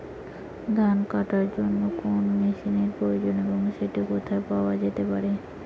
ধান কাটার জন্য কোন মেশিনের প্রয়োজন এবং সেটি কোথায় পাওয়া যেতে পারে?